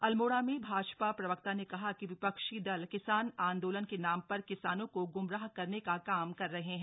अल्मोड़ा में भाजपा प्रवक्ता ने कहा कि विपक्षी दल किसान आन्दोलन के नाम पर किसानों को गुमराह करने का काम कर रहे हैं